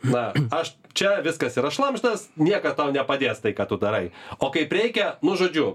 na aš čia viskas yra šlamštas nieka tau nepadės tai ką tu darai o kaip reikia nu žodžiu